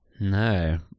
No